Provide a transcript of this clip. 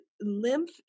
lymph